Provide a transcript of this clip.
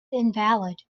invalid